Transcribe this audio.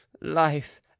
life